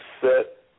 set